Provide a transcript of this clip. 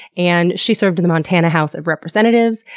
and she served in the montana house of representatives,